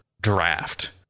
draft